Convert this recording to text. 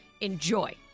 Enjoy